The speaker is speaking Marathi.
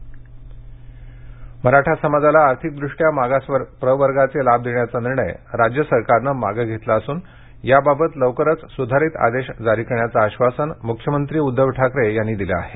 मराठा आरक्षण मराठा समाजाला आर्थिकदृष्टया मागास प्रवर्गाचे लाभ देण्याचा निर्णय राज्य सरकारनं मागे घेतला असून याबाबत लवकरच सुधारित आदेश जारी करण्याचं आश्वासन मुख्यमंत्री उद्धव ठाकरे यांनी दिलं आहे